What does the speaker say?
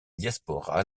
diaspora